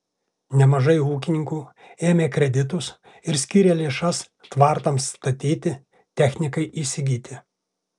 nemažai ūkininkų ėmė kreditus ir skyrė lėšas tvartams statyti technikai įsigyti